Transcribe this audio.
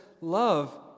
love